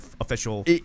official